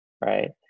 right